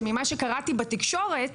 שממה שקראתי בתקשורת,